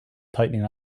tightening